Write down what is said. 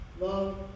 Love